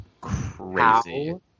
Crazy